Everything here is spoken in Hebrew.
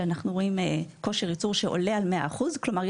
אנחנו רואים כושר ייצור שעולה על 100%. כלומר,